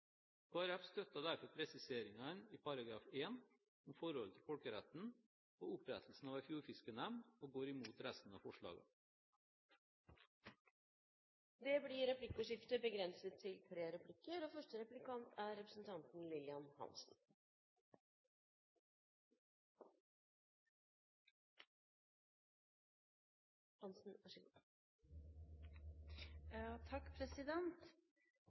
støtter derfor presiseringen i § 1, om forholdet til folkeretten, og opprettelsen av en fjordfiskenemnd, og går imot resten av forslagene. Det blir replikkordskifte.